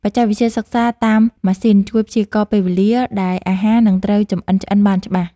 បច្ចេកវិទ្យាសិក្សាតាមម៉ាស៊ីន ជួយព្យាករណ៍ពេលវេលាដែលអាហារនឹងត្រូវចម្អិនឆ្អិនបានច្បាស់។